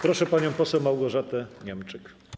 Proszę panią poseł Małgorzatę Niemczyk.